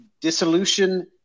dissolution